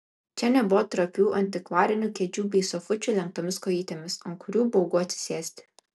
čia nebuvo trapių antikvarinių kėdžių bei sofučių lenktomis kojytėmis ant kurių baugu atsisėsti